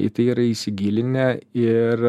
į tai yra įsigilinę ir